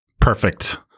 perfect